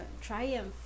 triumph